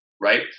right